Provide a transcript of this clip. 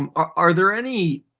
um are there any.